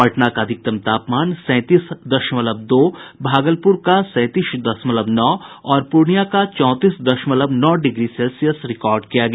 पटना का अधिकतम तापमान सैंतीस दशमलव दो भागलपुर का सैंतीस दशमलव नौ और पूर्णिया का चौंतीस दशमलव नौ डिग्री सेल्सियस रिकार्ड किया गया